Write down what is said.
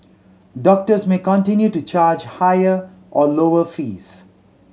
doctors may continue to charge higher or lower fees